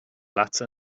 leatsa